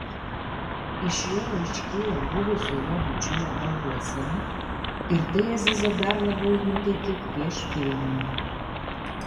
iš jo aiškėjo buvusio jo bičiulio galvosena ir tai azizą dar labiau nuteikė prieš fildingą